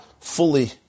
fully